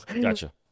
Gotcha